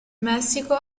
messico